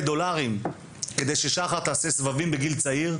דולרים כדי ששחר תעשה סבבים בגיל צעיר,